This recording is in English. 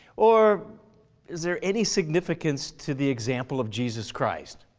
or is there any significance to the example of jesus christ?